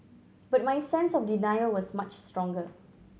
but my sense of denial was much stronger